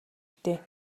дээ